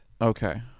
okay